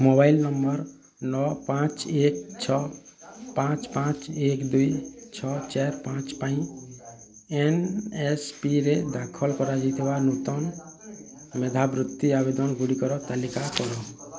mobile number ନଅ ପାଞ୍ଚ ଏକ ଛଅ ପାଞ୍ଚ ପାଞ୍ଚ ଏକ ଦୁଇ ଛଅ ଚାର ପାଞ୍ଚ ପାଇଁ ଏନ୍ଏସ୍ପିରେ ଦାଖଲ କରାଯାଇଥିବା ନୂତନ ମେଧାବୃତ୍ତି ଆବେଦନ ଗୁଡ଼ିକର ତାଲିକା କର